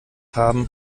haben